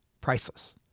priceless